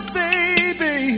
baby